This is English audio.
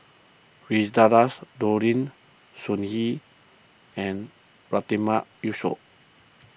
Firdaus Nordin Sun Yee and Yatiman Yusof